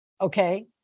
okay